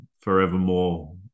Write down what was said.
forevermore